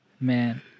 Man